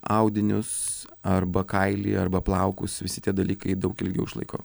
audinius arba kailį arba plaukus visi tie dalykai daug ilgiau išlaiko